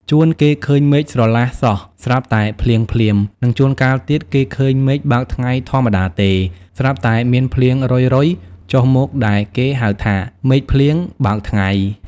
ជួនគេឃើញមេឃស្រឡះសោះស្រាប់តែភ្លៀងភ្លាម និងជួនកាលទៀត គេឃើញមេឃបើកថ្ងៃធម្មតាទេ ស្រាប់តែមានភ្លៀងរ៉ុយៗចុះមកដែលគេហៅថា មេឃភ្លៀងបើកថ្ងៃ ។